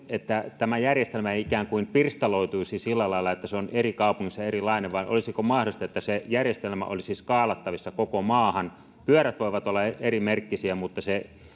että tämä järjestelmä ei ikään kuin pirstaloituisi sillä lailla että se on eri kaupungeissa erilainen vai olisiko mahdollista että se järjestelmä olisi skaalattavissa koko maahan pyörät voivat olla erimerkkisiä mutta se